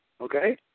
Okay